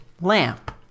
lamp